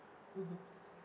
mmhmm